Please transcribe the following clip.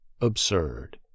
absurd